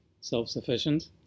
self-sufficient